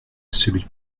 celui